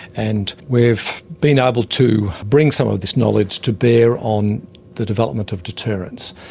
and we've been able to bring some of this knowledge to bear on the development of deterrents.